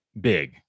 big